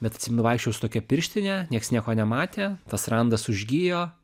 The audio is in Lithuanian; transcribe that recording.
bet atsimenu vaikščiojau su tokia pirštine nieks nieko nematė tas randas užgijo